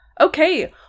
okay